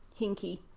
hinky